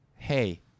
Hey